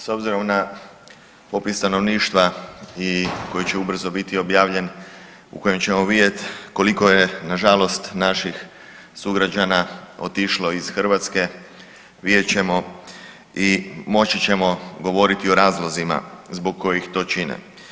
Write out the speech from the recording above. S obzirom na popis stanovništva koji će ubrzo biti objavljen u kojem ćemo vidjet koliko je nažalost naših sugrađana otišlo iz Hrvatske, vidjet ćemo i moći ćemo govoriti o razlozima zbog kojih to čine.